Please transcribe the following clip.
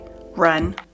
run